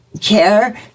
care